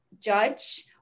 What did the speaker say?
judge